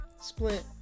split